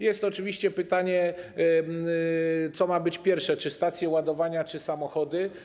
Jest oczywiście pytanie, co ma być pierwsze: czy stacje ładowania, czy samochody.